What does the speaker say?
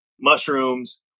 mushrooms